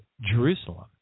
Jerusalem